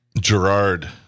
Gerard